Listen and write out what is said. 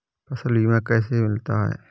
फसल बीमा कैसे मिलता है?